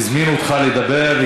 הזמינו אותך לדבר,